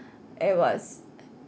it was